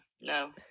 No